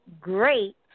great